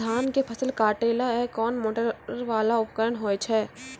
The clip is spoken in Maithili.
धान के फसल काटैले कोन मोटरवाला उपकरण होय छै?